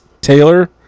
Taylor